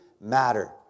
matter